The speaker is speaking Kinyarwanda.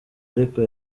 ariko